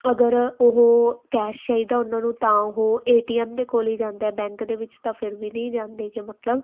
ਅਗਰ ਉਹ ਕੈਸ਼ ਚਾਹੀਦਾ ਉਹਨਾਂ ਨੂੰ ਤਾਂ ਉਹ ਏ ਟੀ ਐੱਮ ਦੇ ਕੋਲ ਹੀ ਜਾਂਦਾ ਬੈਂਕ ਦੇ ਵਿੱਚ ਤਾਂ ਫਿਰ ਵੀ ਨਹੀਂ ਜਾਂਦੇ ਗੇ ਮਤਲਬ